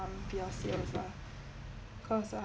via sales lah cause